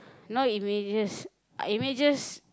not images images